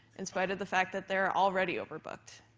in spite of the fact that there are already overbooked.